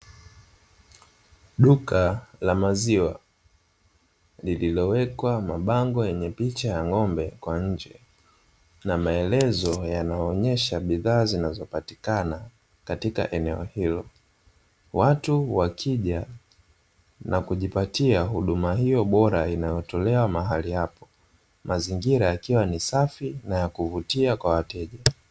Duka la maziwa lililowekwa mabango yenye picha ya ng'ombe kwa nje na maelezo yanayoonyesha bidhaa zinazopatikana katika eneo hilo. Watu wakija wakipatia huduma hio bora inayotolewa mahali hapo, mazingira yakiwa ni safi na ya kuvutia kwa wateja.